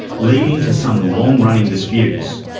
leading to some long-running disputes.